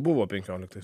buvo penkioliktais